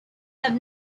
have